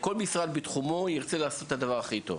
כל משרד בתחומו ירצה לעשות את הדבר הכי טוב,